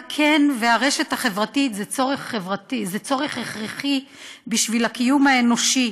הקן והרשת החברתית הם צורך הכרחי בשביל הקיום האנושי.